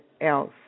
else